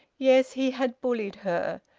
yes, he had bullied her,